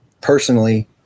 personally